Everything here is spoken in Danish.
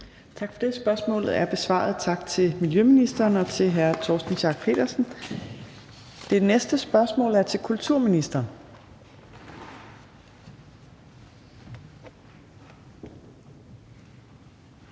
Tak for det. Spørgsmålet er besvaret, så tak til miljøministeren og til hr. Torsten Schack Pedersen. Det næste spørgsmål er til kulturministeren,